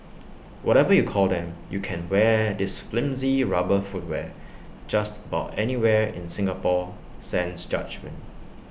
whatever you call them you can wear this flimsy rubber footwear just about anywhere in Singapore sans judgement